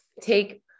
take